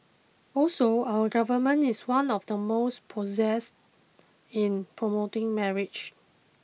also our Government is one of the most obsessed in promoting marriage